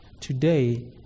today